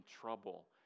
trouble